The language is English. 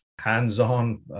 hands-on